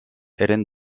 eren